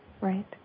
Right